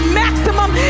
maximum